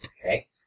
okay